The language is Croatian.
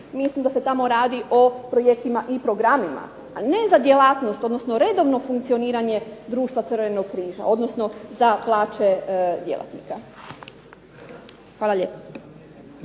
mislim da se tamo radi o projektima i programima, a ne za djelatnost odnosno redovno funkcioniranje društva Crvenog križa, odnosno za plaće djelatnika. Hvala lijepo.